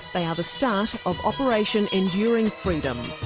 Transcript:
they are the start of operation enduring freedom.